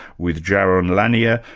with jaron lanier,